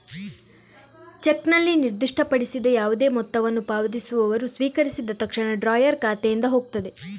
ಚೆಕ್ನಲ್ಲಿ ನಿರ್ದಿಷ್ಟಪಡಿಸಿದ ಯಾವುದೇ ಮೊತ್ತವನ್ನು ಪಾವತಿಸುವವರು ಸ್ವೀಕರಿಸಿದ ತಕ್ಷಣ ಡ್ರಾಯರ್ ಖಾತೆಯಿಂದ ಹೋಗ್ತದೆ